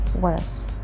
worse